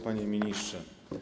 Panie Ministrze!